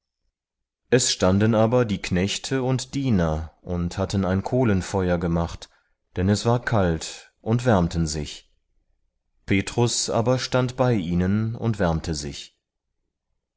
es standen aber die knechte und diener und hatten ein kohlenfeuer gemacht denn es war kalt und wärmten sich petrus aber stand bei ihnen und wärmte sich